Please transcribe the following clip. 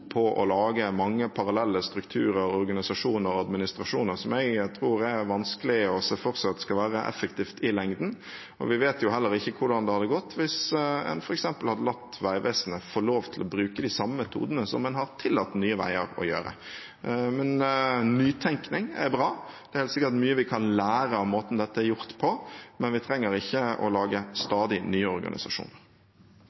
på å lage mange parallelle strukturer, organisasjoner og administrasjoner som jeg tror det er vanskelig å se for seg skal være effektivt i lengden. Vi vet heller ikke hvordan det hadde gått hvis man f.eks. hadde latt Vegvesenet få lov til å bruke de samme metodene som man har tillatt Nye Veier å bruke. Nytenkning er bra. Det er helt sikkert mye vi kan lære av måten dette er gjort på, men vi trenger ikke å lage